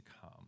come